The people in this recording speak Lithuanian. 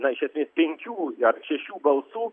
na iš esmės penkių ar šešių balsų